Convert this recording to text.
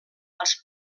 els